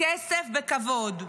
כסף וכבוד.